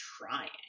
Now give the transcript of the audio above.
trying